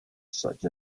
such